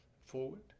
forward